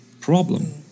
problem